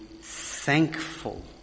thankful